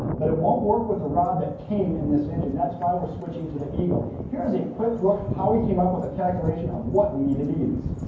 but it won't work with the rod that came in this engine. that's why we're switching to the eagle. here is a quick look how we came up with the calculation of what we needed to use.